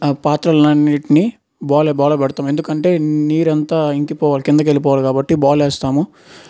ఆ పాత్రలన్నింటికీ బోర్ల బోర్ల పెడతాము ఎందుకంటే నీరంతా ఇంకిపోవాలి క్రిందికి వెళ్ళిపోవాలి కాబట్టి బోర్ల వేస్తాము